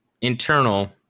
internal